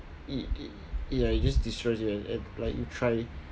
it it ya it just destroys you and and like you try